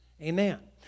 Amen